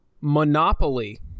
Monopoly